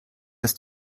ist